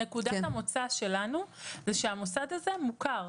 בסוף נקודת המוצא שלנו היא שהמוסד הזה מוכר.